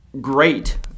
great